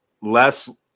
less